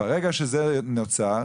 ברגע שזה נוצר,